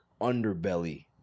underbelly